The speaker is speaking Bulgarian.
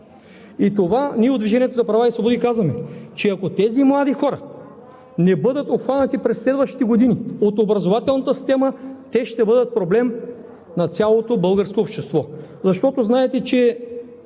Ние от „Движението за права и свободи“ казваме, че ако тези млади хора не бъдат обхванати през следващите години от образователната система, те ще бъдат проблем на цялото българско общество. Защото знаете, че